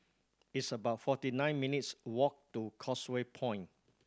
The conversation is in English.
it's about forty nine minutes' walk to Causeway Point